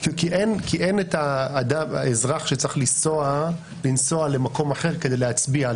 כי אין את האזרח שצריך לפעמים לנסוע למקום אחר כדי להצביע.